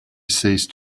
ceased